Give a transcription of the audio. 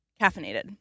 caffeinated